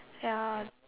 ya